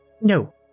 No